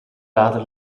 lade